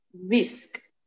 Risk